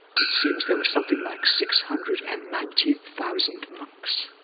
it seems there were something like six hundred and ninety thousand monks,